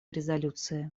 резолюции